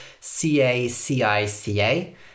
C-A-C-I-C-A